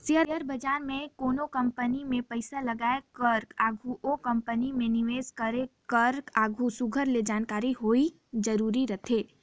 share बजार में कोनो कंपनी में पइसा लगाए कर आघु ओ कंपनी में निवेस करे कर आघु सुग्घर ले जानकारी होवई जरूरी रहथे